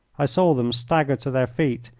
i saw them stagger to their feet,